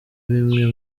bimwe